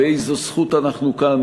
באיזו זכות אנחנו כאן,